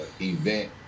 event